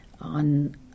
On